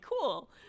cool